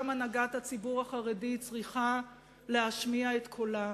הנהגת הציבור החרדי צריכה להשמיע את קולה.